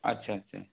अच्छा अच्छा